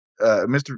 Mr